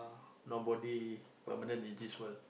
nobody permanent in this world